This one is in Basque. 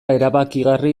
erabakigarri